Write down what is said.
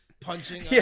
punching